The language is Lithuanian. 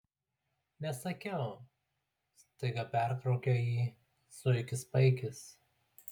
nesakiau staiga pertraukė jį zuikis paikis